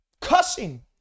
cussing